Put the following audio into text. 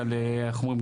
איך אומרים?